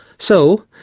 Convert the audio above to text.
so,